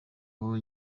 aho